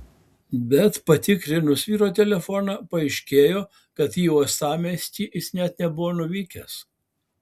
bet patikrinus vyro telefoną paaiškėjo kad į uostamiestį jis net nebuvo nuvykęs